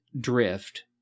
Drift